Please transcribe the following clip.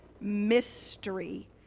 mystery